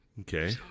Okay